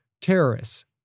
terrorists